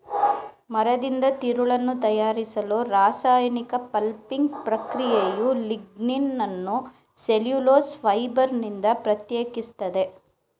ಮರದಿಂದ ತಿರುಳನ್ನು ತಯಾರಿಸಲು ರಾಸಾಯನಿಕ ಪಲ್ಪಿಂಗ್ ಪ್ರಕ್ರಿಯೆಯು ಲಿಗ್ನಿನನ್ನು ಸೆಲ್ಯುಲೋಸ್ ಫೈಬರ್ನಿಂದ ಪ್ರತ್ಯೇಕಿಸ್ತದೆ